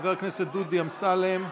חבר הכנסת דודי אמסלם,